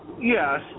Yes